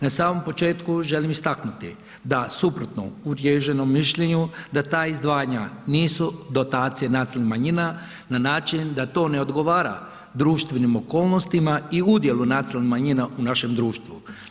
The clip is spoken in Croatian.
Na samom početku želim istaknuti da suprotno uvriježenom mišljenju da ta izdvajanja nisu dotacije nacionalnih manjina na način da to ne odgovara društvenim okolnostima i udjelu nacionalnih manjina u našem društvu.